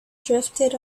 drifted